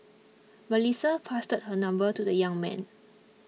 Melissa passed her number to the young man